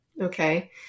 Okay